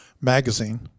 magazine